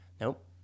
Nope